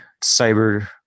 cyber